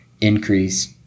increase